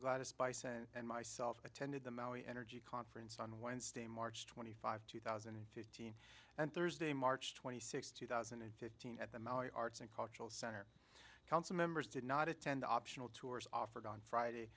spice and myself attended the maui energy conference on wednesday march twenty five two thousand and fifteen and thursday march twenty sixth two thousand and fifteen at the maui arts and cultural center council members did not attend optional tours offered on friday